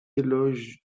éloges